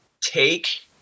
Take